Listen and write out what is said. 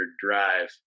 Drive